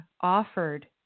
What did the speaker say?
Offered